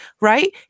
right